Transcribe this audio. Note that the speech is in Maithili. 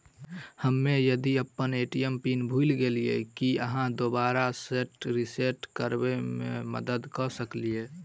हम्मे यदि अप्पन ए.टी.एम पिन भूल गेलियै, की अहाँ दोबारा सेट रिसेट करैमे मदद करऽ सकलिये?